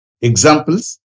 Examples